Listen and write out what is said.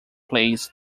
plays